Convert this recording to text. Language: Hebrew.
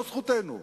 לא זכותנו,